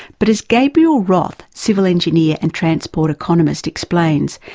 but as gabriel roth, civil engineer and transport economist explains,